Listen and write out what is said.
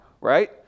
right